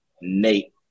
Nate